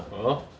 uh